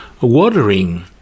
watering